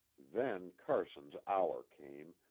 then carson's hour came,